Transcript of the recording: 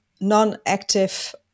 non-active